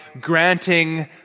granting